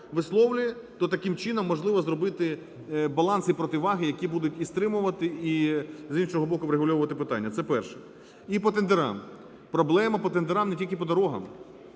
то таким чином можливо зробити баланс і противаги, які будуть і стримувати, і, з іншого, боку врегульовувати питання. Це перше. І по тендерам. Проблема по тендерам не тільки по дорогам.